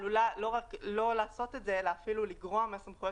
עלולה לא לעשות את זה אלא אפילו לגרוע מהסמכויות